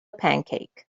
pancake